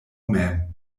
mem